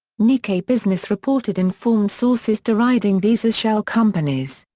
nikkei business reported informed sources deriding these as shell companies.